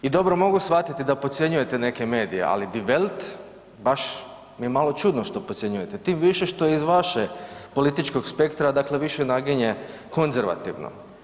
I dobro, mogu shvatiti da podcjenjujete neke medije, ali Die Welt baš mi je malo čudno što podcjenjujete, tim više što je iz vaše političkog spektra, dakle više naginje konzervativno.